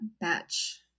batch